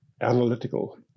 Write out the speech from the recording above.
analytical